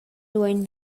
duein